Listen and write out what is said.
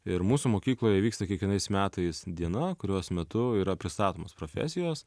ir mūsų mokykloje vyksta kiekvienais metais diena kurios metu yra pristatomos profesijos